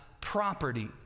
property